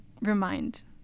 remind